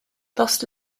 lost